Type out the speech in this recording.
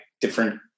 different